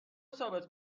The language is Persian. ثابت